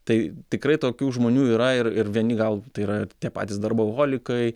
tai tikrai tokių žmonių yra ir ir vieni gal tai yra tie patys darboholikai